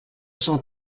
cent